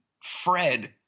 Fred